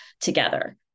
together